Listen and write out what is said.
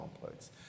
complex